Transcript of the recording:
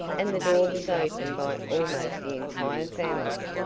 and the door was opened by almost the entire family.